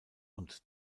und